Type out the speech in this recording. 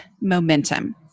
momentum